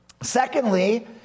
Secondly